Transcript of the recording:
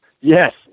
Yes